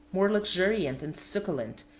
more luxuriant and succulent,